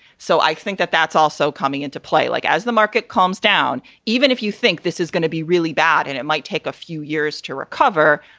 so i think that that's also coming into play like as the market calms down, even if you think this is going to be really bad and it might take a few years to recover.